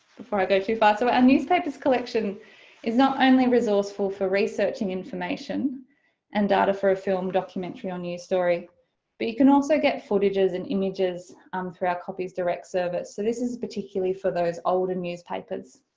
before i go to far. so our and newspapers collection is not only resourceful for researching information and data for a film documentary or news story but you can also get footages and images um through our copies direct service. so this is particularly for those older newspapers